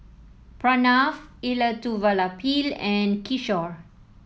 Pranav Elattuvalapil and Kishore